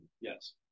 Yes